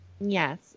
Yes